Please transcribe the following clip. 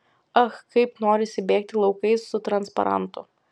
ach kaip norisi bėgti laukais su transparantu